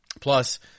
Plus